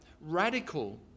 Radical